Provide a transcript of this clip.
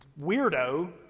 weirdo